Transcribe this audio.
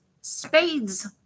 spades